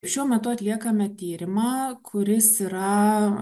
šiuo metu atliekame tyrimą kuris yra